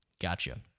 Gotcha